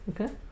Okay